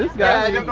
guys